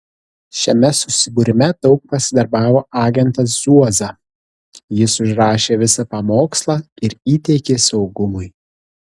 šiame susibūrime daug pasidarbavo agentas zuoza jis užrašė visą pamokslą ir įteikė saugumui